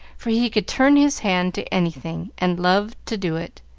for he could turn his hand to anything, and loved to do it.